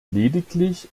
lediglich